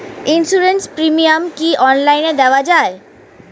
Insurance premium কি online দেওয়া যায়?